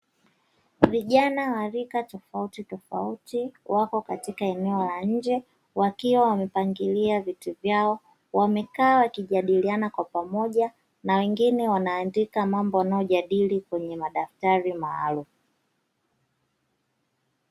Vijana wa rika tofauti tofauti wapo katika eneo la nje, wakiwa wamepangilia viti vyao, wamekaa na wakijadiliana kwa pamoja na wengine wanaandika mambo wanayojadili kwenye daftari maalumu.